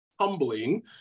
humbling